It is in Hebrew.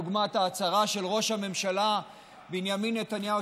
דוגמת ההצהרה של ראש הממשלה בנימין נתניהו,